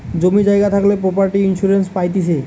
জমি জায়গা থাকলে প্রপার্টি ইন্সুরেন্স পাইতিছে